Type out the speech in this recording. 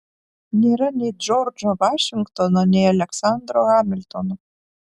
nėra nei džordžo vašingtono nei aleksandro hamiltono